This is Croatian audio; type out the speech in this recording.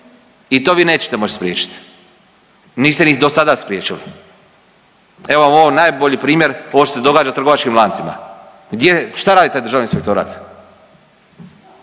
i to vi nećete moć spriječiti, niste ni do sada spriječili. Evo vam ovo najbolji primjer ovo što se događa u trgovačkim lancima, šta radi taj državni inspektorat?